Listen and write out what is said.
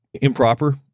improper